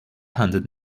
handed